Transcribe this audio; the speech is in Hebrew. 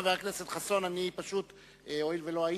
חבר הכנסת חסון, הואיל ולא היית,